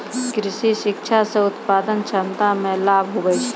कृषि शिक्षा से उत्पादन क्षमता मे लाभ हुवै छै